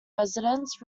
residents